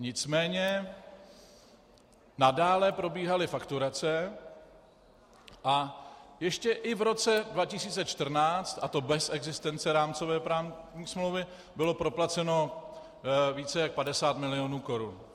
Nicméně nadále probíhaly fakturace a ještě i v roce 2014, a to bez existence rámcové právní smlouvy, bylo proplaceno více jak 50 milionů korun.